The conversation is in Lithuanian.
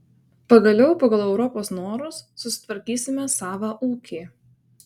pagaliau pagal europos norus susitvarkysime savą ūkį